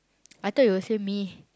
I thought you will say me